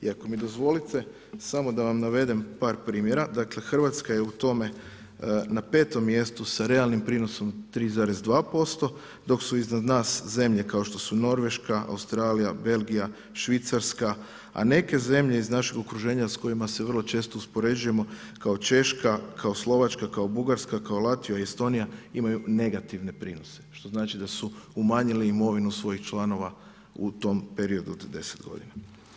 I ako mi dozvolite samo da vam navedem par primjera, dakle Hrvatska je u tome na 5. mjestu sa realnim prinosim 3,2% dok su iznad nas zemlje kao što su Norveška, Australija, Belgija, Švicarska, a neke zemlje iz našeg okruženja s kojima se vrlo često uspoređujemo kao Češka, kao Slovačka, kao Bugarska, kao Latvija i Estonija imaju negativne prinose, što znači da su umanjili imovinu svojih članova u tom periodu od 10 godina.